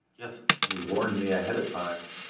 yes he warned me ahead of time.